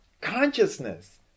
consciousness